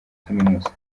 kaminuza